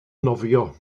nofio